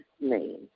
name